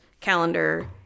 calendar